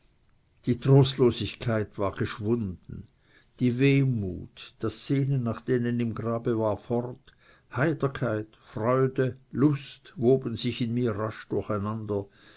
die trostlosigkeit war geschwunden die wehmut das sehnen nach denen im grabe war fort heiterkeit freude lust woben sich in mir rasch